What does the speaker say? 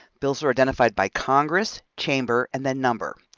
bills are identified by congress, chamber, and then number.